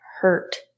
hurt